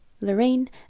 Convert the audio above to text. Lorraine